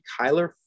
Kyler